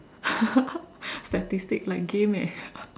statistic like game eh